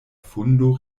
fundo